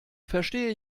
verstehe